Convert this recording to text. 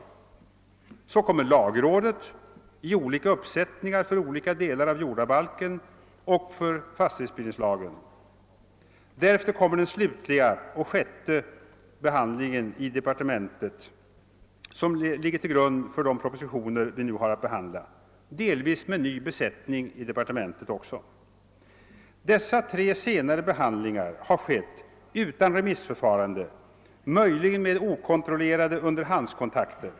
Därefter kom lagrådet i olika uppsättningar för olika delar av jordabalken och fastighetsbildningslagen. Efter detta kom den slutliga och sjätte behandlingen i departementet, som ligger till grund för de propositioner vi nu har att behandla, delvis med ny besättning också i departementet. Dessa tre senare behandlingar har skett utan remissförfarande, möjligen med okontrollerbara underhandskontakter.